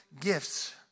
gifts